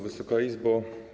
Wysoka Izbo!